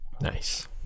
Nice